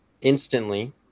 instantly